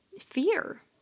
Fear